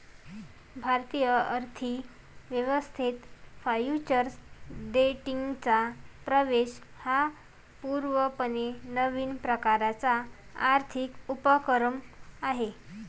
भारतीय अर्थ व्यवस्थेत फ्युचर्स ट्रेडिंगचा प्रवेश हा पूर्णपणे नवीन प्रकारचा आर्थिक उपक्रम आहे